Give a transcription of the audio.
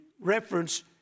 reference